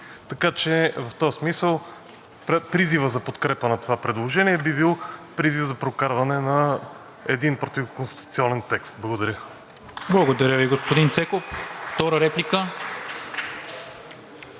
Така че в този смисъл призивът за подкрепа на това предложение би бил призив за прокарване на един противоконституционен текст. Благодаря. ПРЕДСЕДАТЕЛ НИКОЛА МИНЧЕВ: Благодаря Ви, господин Цеков. Втора реплика?